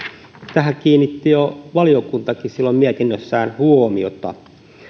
tähän kiinnitti jo valiokuntakin silloin mietinnössään huomiota jos